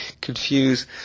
confuse